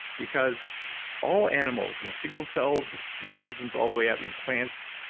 because all animals, you know single celled organism all the way up, you know plants,